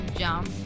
jump